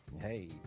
Hey